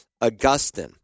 Augustine